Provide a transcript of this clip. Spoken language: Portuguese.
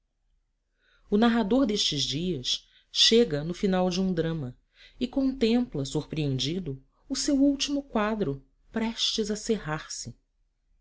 o narrador destes dias chega no final de um drama e contempla surpreendido o seu último quadro prestes a